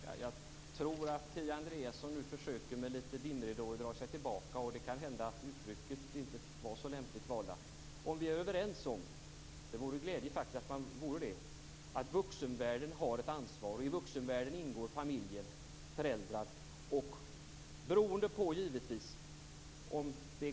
Fru talman! Jag tror att Kia Andreasson med lite dimridåer nu försöker dra sig tillbaka. Och det kan hända att uttrycket inte var så lämpligt valt. Det vore faktiskt glädjande om vi vore överens om att vuxenvärlden har ett ansvar, och i vuxenvärlden ingår familjen - familjen kan